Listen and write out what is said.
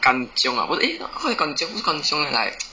ganchiong ah eh how to say ganchiong 不是 ganchiong eh like